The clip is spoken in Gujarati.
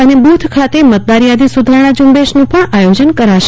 અને બુથ ખાતે મતદારયાદી સુધારણા ઝુંબેશનું પણ આયોજન કરાશે